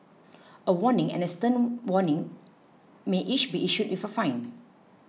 a warning and a stern warning may each be issued with a fine